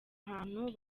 ahantu